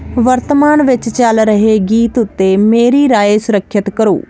ਵਰਤਮਾਨ ਵਿੱਚ ਚੱਲ ਰਹੇ ਗੀਤ ਉੱਤੇ ਮੇਰੀ ਰਾਏ ਸੁਰੱਖਿਅਤ ਕਰੋ